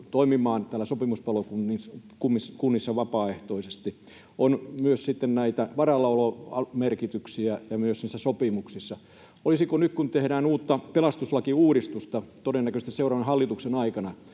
toimimaan sopimuspalokunnissa vapaaehtoisesti. On myös sitten näitä varallaolomerkityksiä ja myös näissä sopimuksissa. Olisiko nyt, kun tehdään uutta pelastuslakiuudistusta todennäköisesti seuraavan hallituksen aikana,